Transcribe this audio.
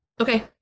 Okay